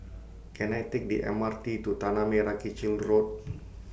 Can I Take The M R T to Tanah Merah Kechil Road